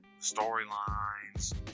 storylines